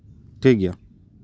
ᱴᱷᱤᱠ ᱜᱮᱭᱟ